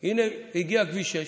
הינה, הגיע כביש 6,